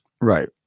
Right